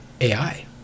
AI